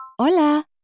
Hola